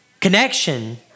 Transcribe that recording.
connection